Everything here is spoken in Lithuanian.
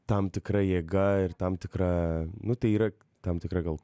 tam tikra jėga ir tam tikra nu tai yra tam tikra gal